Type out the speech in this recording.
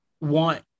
want